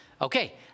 Okay